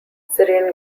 syrian